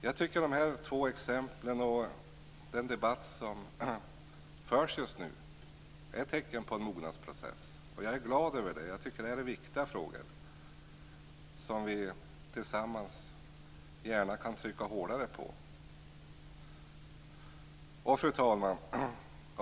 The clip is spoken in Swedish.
Jag tycker att de här två exemplen och den debatt som förs just nu är tecken på en mognadsprocess. Jag är glad över det, därför att jag tycker att detta är viktiga frågor som vi tillsammans gärna kan trycka hårdare på. Fru talman!